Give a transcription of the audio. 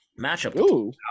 Matchup